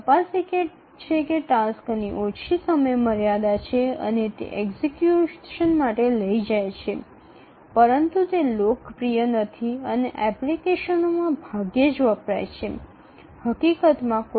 এটি যা সবচেয়ে সংক্ষিপ্ত সময়সীমা রয়েছে তা পরীক্ষা করে এবং কার্যকর করার জন্য এটি গ্রহণ করে তবে এটি জনপ্রিয় নয় এবং অ্যাপ্লিকেশনগুলিতে খুব কমই ব্যবহৃত হয়